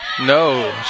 No